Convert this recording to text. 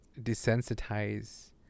desensitize